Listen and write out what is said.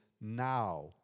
now